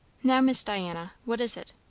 now, miss diana, what is it?